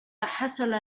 حصل